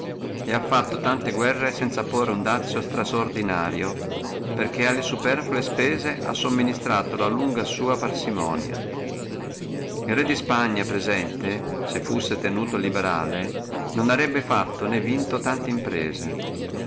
presente ha fatto tante guerre sanza porre uno dazio estraordinario a sua solum perché alle superflue spese ha sumministrato la lunga parsimonia sua el re di spagna presente se fussi tenuto liberale non arebbe fatto né vinto tante imprese